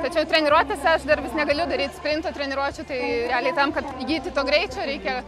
tačiau treniruotėse aš dar vis negaliu daryt sprintų treniruočių tai realiai tam kad įgyti to greičio reikia